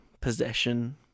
possession